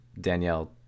Danielle